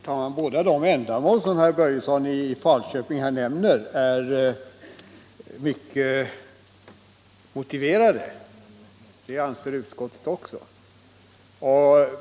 Herr talman! Båda de ändamål som herr Börjesson i Falköping här nämner är mycket viktiga. Det anser utskottet också.